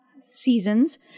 seasons